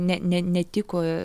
ne ne netiko